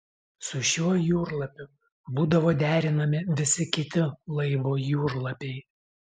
su šiuo jūrlapiu būdavo derinami visi kiti laivo jūrlapiai